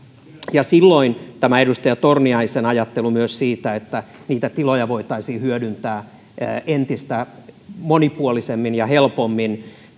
ja silloin yhdistyisi myös tämä edustaja torniaisen ajattelu siitä että tiloja voitaisiin hyödyntää entistä monipuolisemmin ja helpommin